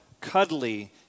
cuddly